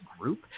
group